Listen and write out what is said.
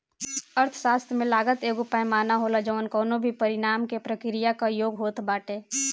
अर्थशास्त्र में लागत एगो पैमाना होला जवन कवनो भी परिणाम के प्रक्रिया कअ योग होत बाटे